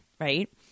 right